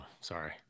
Sorry